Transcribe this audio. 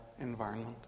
environment